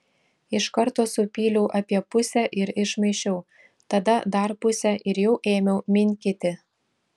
iš karto supyliau apie pusę ir išmaišiau tada dar pusę ir jau ėmiau minkyti